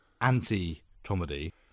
anti-comedy